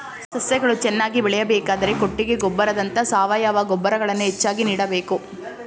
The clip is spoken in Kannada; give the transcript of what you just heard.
ಸಸ್ಯಗಳು ಚೆನ್ನಾಗಿ ಬೆಳೆಯಬೇಕಾದರೆ ಕೊಟ್ಟಿಗೆ ಗೊಬ್ಬರದಂತ ಸಾವಯವ ಗೊಬ್ಬರಗಳನ್ನು ಹೆಚ್ಚಾಗಿ ನೀಡಬೇಕು